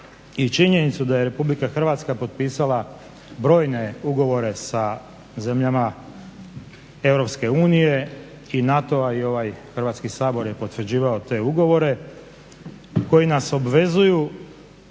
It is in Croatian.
i činjenicu da je Republika Hrvatska potpisala brojne ugovore sa zemljama Europske unije i NATO-a. I ovaj Hrvatski sabor je potvrđivao te ugovore koji nas obvezuju